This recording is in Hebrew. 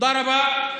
תודה רבה.